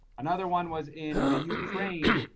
another one was in the ukraine,